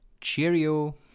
Cheerio